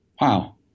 wow